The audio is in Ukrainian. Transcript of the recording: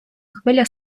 хвиля